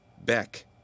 Beck